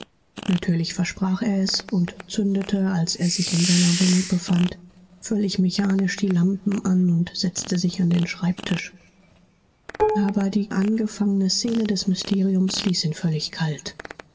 natürlich versprach er es und zündete als er sich in seiner wohnung befand völlig mechanisch die lampen an und setzte sich an den schreibtisch aber die angefangene szene des mysteriums ließ ihn völlig kalt